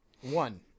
One